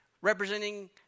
representing